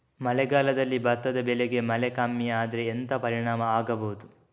ಮಳೆಗಾಲದಲ್ಲಿ ಭತ್ತದ ಬೆಳೆಗೆ ಮಳೆ ಕಮ್ಮಿ ಆದ್ರೆ ಎಂತ ಪರಿಣಾಮ ಆಗಬಹುದು?